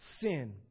sin